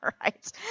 right